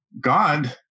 God